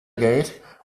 gate